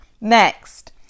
Next